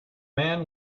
man